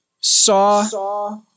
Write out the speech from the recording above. saw